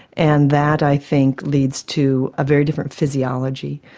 and that i think leads to a very different physiology,